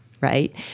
right